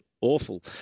awful